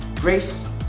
Grace